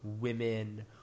women